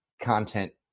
content